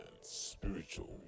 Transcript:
spiritual